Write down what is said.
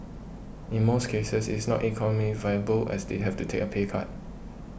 in most cases it's not economically viable as they have to take a pay cut